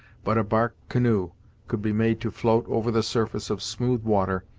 but a bark canoe could be made to float over the surface of smooth water,